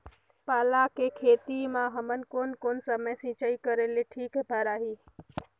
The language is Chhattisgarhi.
पाला के खेती मां हमन कोन कोन समय सिंचाई करेले ठीक भराही?